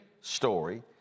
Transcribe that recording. story